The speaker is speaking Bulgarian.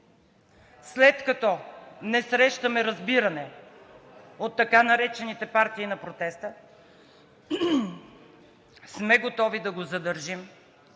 След като не срещаме разбиране от така наречените партии на протеста, сме готови да го задържим